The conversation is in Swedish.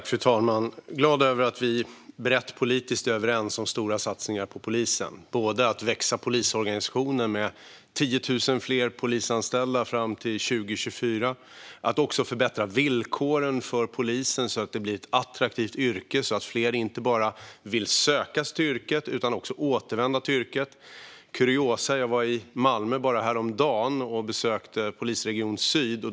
Fru talman! Jag är glad över att vi är politiskt brett överens om stora satsningar på polisen. Det gäller både att polisorganisationen ska växa med 10 000 fler polisanställda fram till 2024 och att villkoren för polisen ska förbättras så att det blir ett attraktivt yrke som fler inte bara vill söka sig till utan också återvända till. Kuriosa: Jag var i Malmö häromdagen och besökte Polisregion syd.